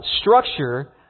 structure